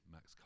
Max